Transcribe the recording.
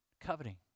coveting